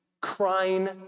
crying